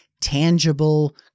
tangible